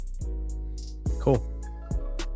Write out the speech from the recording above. cool